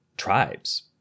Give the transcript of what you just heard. Tribes